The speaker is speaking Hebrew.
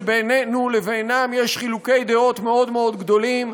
שבינינו לבינם יש חילוקי דעות מאוד מאוד גדולים.